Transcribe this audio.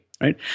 right